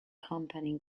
company